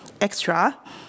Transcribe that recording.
extra